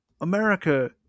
America